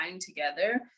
together